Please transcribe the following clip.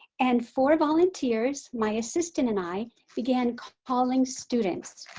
and four volunteers, my assistant and i began calling students.